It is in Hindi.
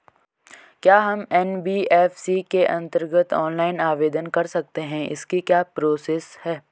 क्या हम एन.बी.एफ.सी के अन्तर्गत ऑनलाइन आवेदन कर सकते हैं इसकी क्या प्रोसेस है?